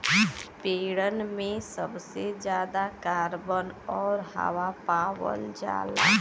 पेड़न में सबसे जादा कार्बन आउर हवा पावल जाला